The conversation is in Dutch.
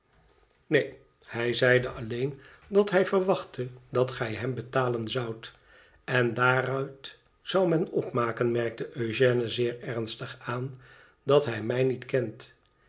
neen hij zeide alleen dat hij verwachtte dat gij hem betalen zoudt n daaruit zou men opmaken merkte eugèoe zeer ernstig aan dat hij mij niet kent